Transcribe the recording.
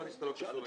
הבנתי שאתה לא קשור.